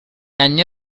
anni